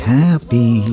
happy